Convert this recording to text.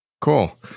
cool